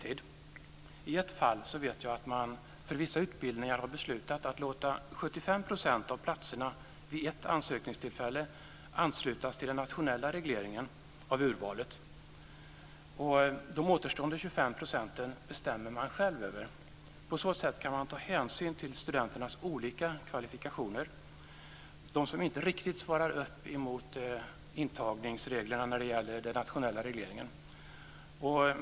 I ett fall vet jag att man för vissa utbildningar har beslutat att låta 75 % 25 procenten bestämmer man själv över. På så sätt kan man ta hänsyn till studenternas olika kvalifikationer och dem som inte riktigt svarar upp mot intagningsreglerna när det gäller den nationella regleringen.